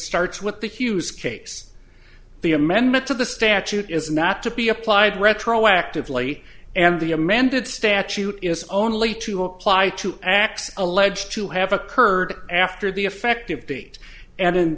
starts with the hughes case the amendment to the statute is not to be applied retroactively and the amended statute is only to apply to acts alleged to have occurred after the effective date and in